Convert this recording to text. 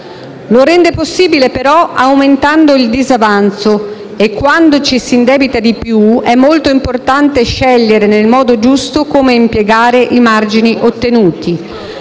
Lo rende possibile, però, aumentando il disavanzo e quando ci si indebita di più è molto importante scegliere nel modo giusto come impiegare i margini ottenuti.